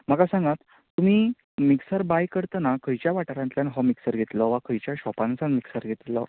म्हाका सागांत तुमी मिक्सर बाय करतना खंयच्या वाठारांतल्यान हो मिक्सर घेतलो वा खंयच्या शॉपानसान हो मिक्सर घेतलेलो